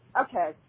Okay